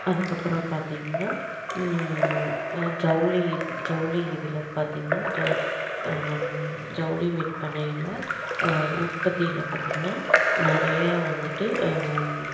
அதுக்கப்புறம் பார்த்தீங்கனா ஜவுளி ஜவுளி இதில் பார்த்தீங்கனா ஜவுளி விற்பனையில் உற்பத்தியில் பார்த்தீங்கன்னா நிறையா வந்துட்டு